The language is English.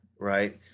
Right